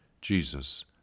Jesus